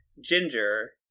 Ginger